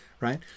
right